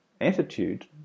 attitude